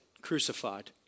crucified